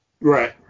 Right